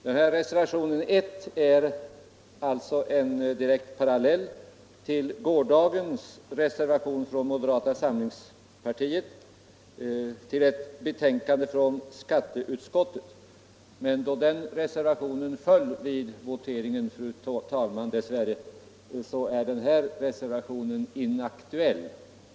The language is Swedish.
Denna reservation är en direkt parallell till gårdagens moderatreservation till skatteutskottets betänkande, men då den reservationen dess värre föll vid voteringen är reservationen 1 i socialförsäkringsutskottets betänkande nr 37 inaktuell.